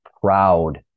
proud